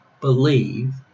believe